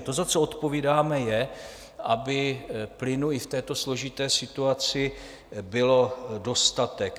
To, za co odpovídáme, je, aby plynu i v této složité situaci bylo dostatek.